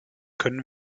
können